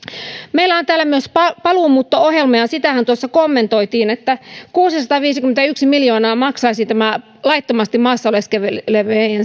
meillä on täällä myös paluumuutto ohjelma ja sitähän tuossa kommentoitiin että kuusisataaviisikymmentäyksi miljoonaa maksaisi tämä laittomasti maassa oleskelevien